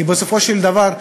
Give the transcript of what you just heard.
כי בסופו של דבר,